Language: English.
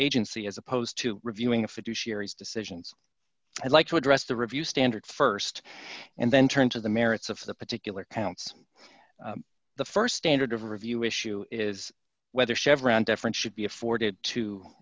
agency as opposed to reviewing a fiduciary decisions i'd like to address the review standard st and then turn to the merits of the particular counts the st standard of review issue is whether chevron different should be afforded to